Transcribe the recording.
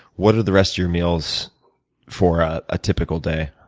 what are the rest of your meals for a typical day?